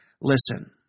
Listen